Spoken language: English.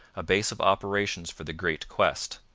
a base of operations for the great quest.